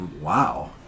Wow